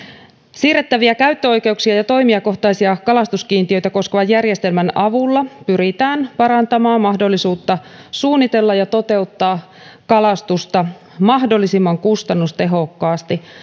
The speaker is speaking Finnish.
siirrettäviä käyttöoikeuksia ja toimijakohtaisia kalastuskiintiöitä koskevan järjestelmän avulla pyritään parantamaan mahdollisuutta suunnitella ja toteuttaa kalastusta mahdollisimman kustannustehokkaasti